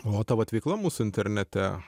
o ta vat veikla mūsų internete